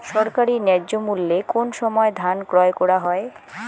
সরকারি ন্যায্য মূল্যে কোন সময় ধান ক্রয় করা হয়?